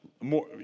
more